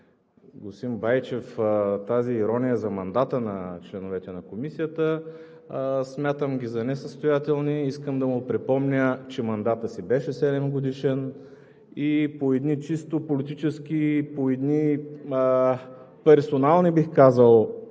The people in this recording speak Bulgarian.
господин Байчев – тази ирония за мандата на членовете на Комисията, смятам ги за несъстоятелни. Искам да му припомня, че мандатът си беше 7-годишен и по едни чисто политически, по едни персонални, бих казал,